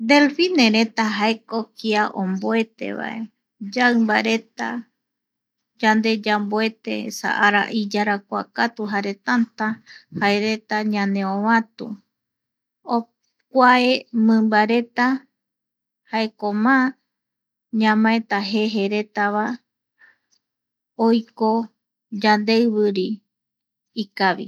Delfines reta jaeko kia omboetevae, yaimba reta yande yamboete esa ara iyrakuareta jare tätä ñañeovatu kuae mimbareta jaeko má ñamaeta jejeretava oiko yandeiviri ikavi